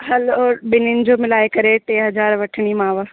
हलो ॿिनिनि जो मिलाए करे टे हज़ार वठंदीमाव